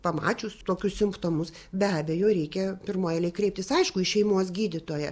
pamačius tokius simptomus be abejo reikia pirmoj eilėj kreiptis aišku į šeimos gydytoją